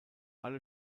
alle